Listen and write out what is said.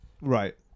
Right